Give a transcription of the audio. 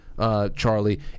Charlie